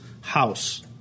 house